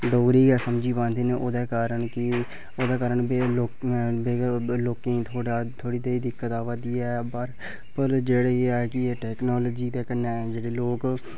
डोगरी गै समझी पांदे न ओह्दे कारण बी ओह्दे कारण बी लोकें ई थोह्ड़ी जेही दिक्कत आवा दी ऐ पर जेह्ड़ी एह् ऐ कि टैक्नॉलाजी दे कन्नै जेह्ड़े लोक